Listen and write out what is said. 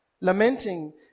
Lamenting